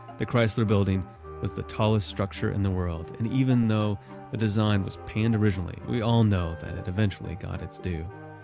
the chrysler building was the tallest structure in the world and even though the design was panned originally, we all now that it eventually got its due.